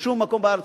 בשום מקום בארץ,